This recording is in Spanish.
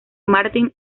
martin